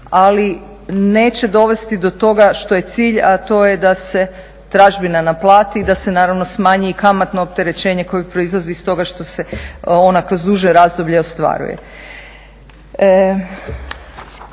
ali neće dovesti do toga što je cilj a to je da se tražbina naplati i da se naravno smanji i kamatno opterećenje koje proizlazi iz toga što se ona kroz duže razdoblje ostvaruje.